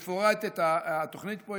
התוכנית מפורטת פה.